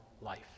life